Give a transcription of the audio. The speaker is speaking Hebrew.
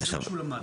כי זה מה שהוא למד.